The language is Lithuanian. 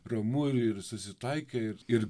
ramu ir ir susitaikę ir ir